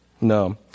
No